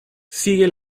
sigue